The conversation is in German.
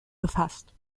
befasst